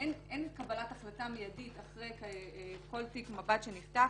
קבלת החלטה מידית אחרי כל תיק מב"ד שנפתח.